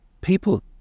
People